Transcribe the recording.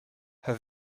her